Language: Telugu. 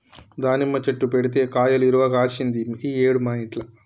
దానిమ్మ చెట్టు పెడితే కాయలు ఇరుగ కాశింది ఈ ఏడు మా ఇంట్ల